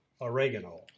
oregano